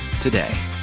today